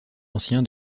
ancien